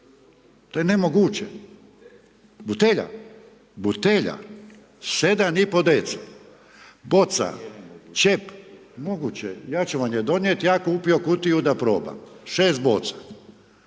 to je nemoguće. Butelja, butelja 7,5 dcl, boca, čep, moguće, ja ću vam je donijeti, ja kupio kutiju da probam. 6 boca.